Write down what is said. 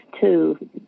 two